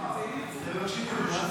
זה לא שיקול.